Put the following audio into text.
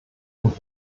und